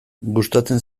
gustatzen